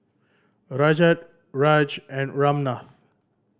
Rajat Raj and Ramnath